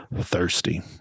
thirsty